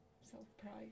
self-pride